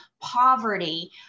Poverty